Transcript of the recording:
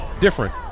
different